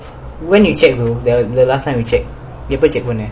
when you check though the last time you check எப்பொ:eppo check பன்ன:panna